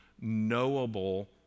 knowable